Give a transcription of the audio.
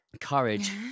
courage